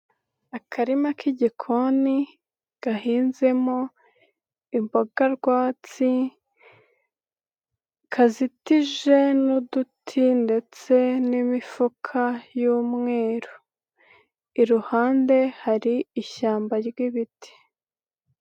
Akarima k'igikoni gahinzemo imboga rwatsi, kazitije n'uduti ndetse n'imifuka y'umweru, iruhande hari ishyamba ry'ibiti.